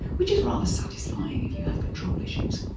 which is rather satisfying if you have control issues.